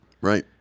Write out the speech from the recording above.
Right